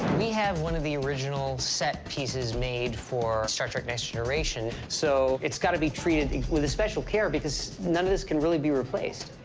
we have one of the original set pieces made for star trek next generation. so it's got to be treated with a special care because none of this can really be replaced.